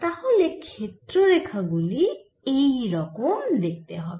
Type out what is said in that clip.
তাহলে ক্ষেত্র রেখা গুলি এই রকম দেখতে হবে